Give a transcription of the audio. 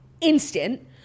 instant